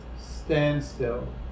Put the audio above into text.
standstill